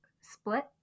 split